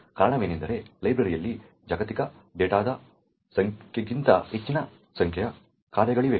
ಕಾರಣವೆಂದರೆ ಲೈಬ್ರರಿಯಲ್ಲಿ ಜಾಗತಿಕ ಡೇಟಾದ ಸಂಖ್ಯೆಗಿಂತ ಹೆಚ್ಚಿನ ಸಂಖ್ಯೆಯ ಕಾರ್ಯಗಳಿವೆ